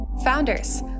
Founders